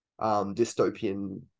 dystopian